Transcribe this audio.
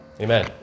Amen